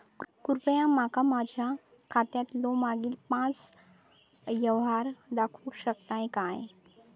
कृपया माका माझ्या खात्यातलो मागील पाच यव्हहार दाखवु शकतय काय?